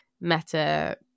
Meta